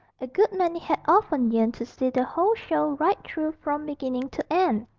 a good many had often yearned to see the whole show right through from beginning to end,